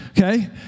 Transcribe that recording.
Okay